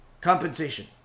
compensation